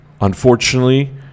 Unfortunately